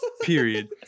period